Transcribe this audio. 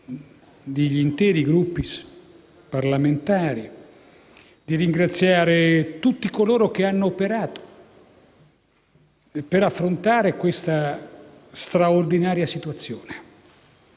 di tutti i Gruppi parlamentari - di ringraziare tutti coloro che hanno operato per affrontare questa straordinaria situazione: